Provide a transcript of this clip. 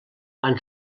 han